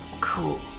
Cool